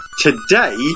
today